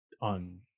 on